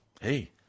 hey